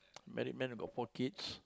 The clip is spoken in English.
married man and got four kids